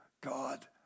God